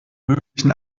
möglichen